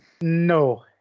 No